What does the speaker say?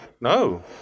No